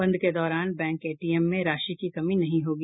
बंद के दौरान बैंक एटीएम में राशि की कमी नहीं होगी